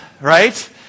right